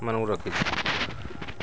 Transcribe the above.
ଏ ମାନଙ୍କୁ ରଖିଛି